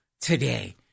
today